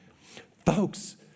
Folks